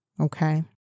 Okay